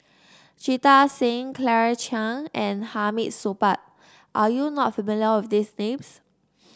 Jita Singh Claire Chiang and Hamid Supaat are you not familiar with these names